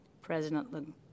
President